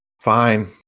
Fine